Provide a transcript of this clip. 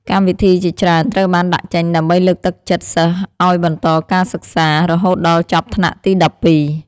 កម្មវិធីជាច្រើនត្រូវបានដាក់ចេញដើម្បីលើកទឹកចិត្តសិស្សឱ្យបន្តការសិក្សា រហូតដល់ចប់ថ្នាក់ទី១២។